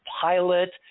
pilot